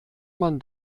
man